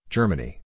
Germany